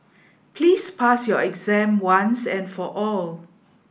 please pass your exam once and for all